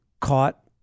caught